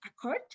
accord